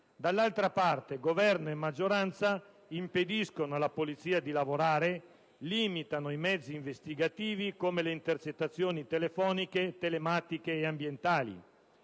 dall'altra parte Governo e maggioranza impediscono alla polizia di lavorare, limitano i mezzi investigativi come le intercettazioni telefoniche, telematiche ed ambientali.